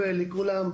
לכולם.